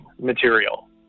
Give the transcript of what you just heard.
material